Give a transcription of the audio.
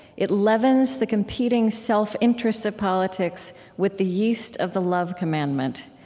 it leavens the competing self interests of politics with the yeast of the love commandment,